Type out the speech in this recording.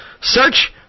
Search